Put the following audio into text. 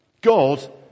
God